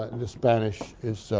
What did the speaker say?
ah the spanish is.